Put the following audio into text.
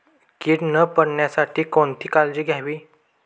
कीड न पडण्यासाठी कोणती काळजी घ्यावी?